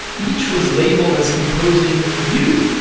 each was labelled as composing you,